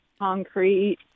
concrete